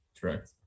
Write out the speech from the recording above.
Correct